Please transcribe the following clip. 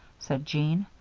said jean.